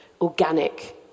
organic